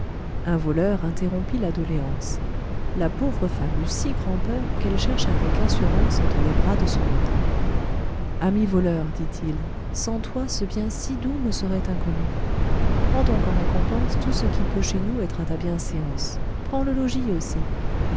un voleur interrompit la doléance la pauvre femme eut si grand'peur qu'elle chercha quelque assurance entre les bras de son époux ami voleur dit-il sans toi ce bien si doux me serait inconnu prends donc en récompense tout ce qui peut chez nous être à ta bienséance prends le logis aussi